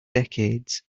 decades